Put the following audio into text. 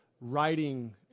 writing